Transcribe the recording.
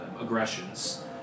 aggressions